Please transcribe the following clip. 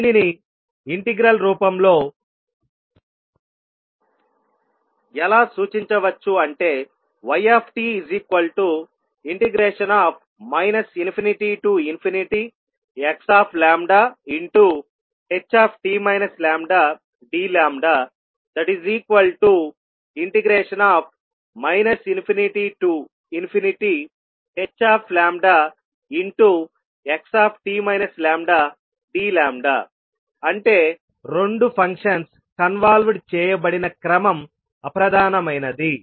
దీనిని ఇంటిగ్రల్ రూపంలో ఎలా సూచించవచ్చు అంటే yt ∞xht λdλ ∞hxt λdλ అంటే రెండు ఫంక్షన్స్ కన్వాల్వ్డ్ చేయబడిన క్రమం అప్రధానమైనది